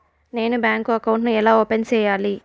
నేను bank account ను ఎలా ఓపెన్ సేయాలి?